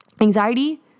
Anxiety